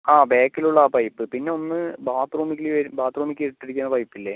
ആ ബാക്കിലുള്ള ആ പൈപ്പ് പിന്നെ ഒന്ന് ബാത്റൂമിലേ ബാത്റൂമിലേക്ക് ഇട്ടിരിക്കുന്ന പൈപ്പ് ഇല്ലേ